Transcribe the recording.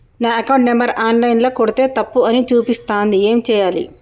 నా account number online ల కొడ్తే తప్పు అని చూపిస్తాంది ఏం చేయాలి?